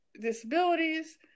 disabilities